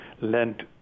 lent